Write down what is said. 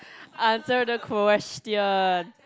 answer the question